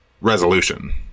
resolution